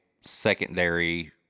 secondary